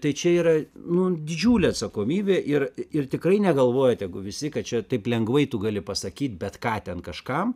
tai čia yra nu didžiulė atsakomybė ir ir tikrai negalvoja tegu visi kad čia taip lengvai tu gali pasakyt bet ką ten kažkam